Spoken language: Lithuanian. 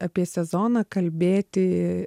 apie sezoną kalbėti